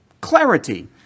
clarity